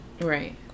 right